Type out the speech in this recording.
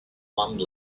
one